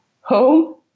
home